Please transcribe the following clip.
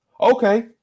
okay